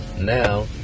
now